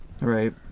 Right